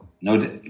no